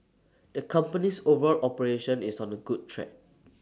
the company's overall operation is on the good track